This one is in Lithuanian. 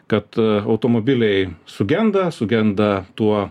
kad automobiliai sugenda sugenda tuo